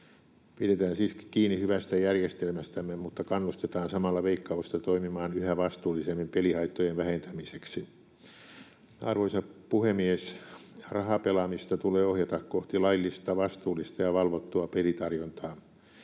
Pidetään siis kiinni hyvästä järjestelmästämme, mutta kannustetaan samalla Veikkausta toimimaan yhä vastuullisemmin pelihaittojen vähentämiseksi. Arvoisa puhemies! Rahapelaamista tulee ohjata kohti laillista, vastuullista ja valvottua pelitarjontaa.